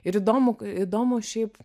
ir įdomu įdomu šiaip